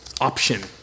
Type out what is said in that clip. option